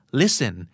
listen